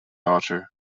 daughter